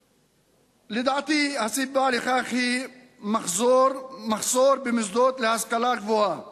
לדעתי, הסיבה לכך היא מחסור במוסדות להשכלה גבוהה